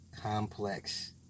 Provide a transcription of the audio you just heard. complex